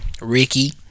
Ricky